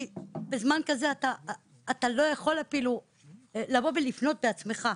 בזמן כזה אתה לא יכול אפילו לפנות בעצמך.